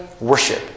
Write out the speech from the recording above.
worship